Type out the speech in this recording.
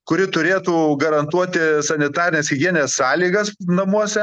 kuri turėtų garantuoti sanitarines higienines sąlygas namuose